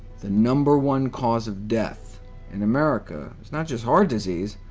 the number one cause of death in america is not just heart disease,